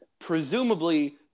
presumably